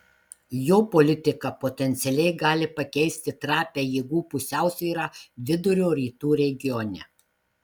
jo politika potencialiai gali pakeisti trapią jėgų pusiausvyrą vidurio rytų regione